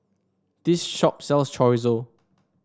this shop sells Chorizo